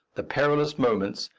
the perilous moments,